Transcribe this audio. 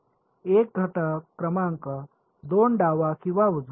N घटक क्रमांक 2 डावा किंवा उजवा आहे